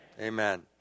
Amen